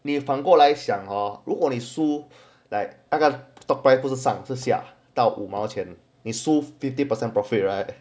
你反过来想 hor 如果你输 like 那个 stock price 不是上之下到五毛钱你输 fifty percent profit right